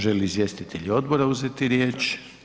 Žele li izvjestitelji odbora uzeti riječ?